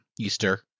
Easter